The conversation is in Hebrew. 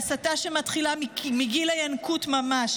הסתה שמתחילה מגיל הינקות ממש,